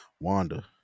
Wanda